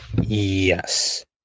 Yes